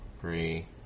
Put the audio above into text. three